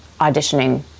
auditioning